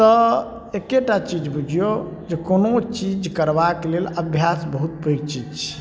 तऽ एकेटा चीज बुझिऔ जे कोनो चीज करबाके लेल अभ्यास बहुत पैघ चीज छिए